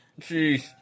jeez